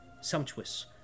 sumptuous